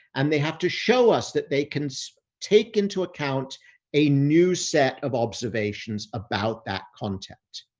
and they have to show us that they can take into account a new set of observations about that content.